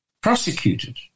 prosecuted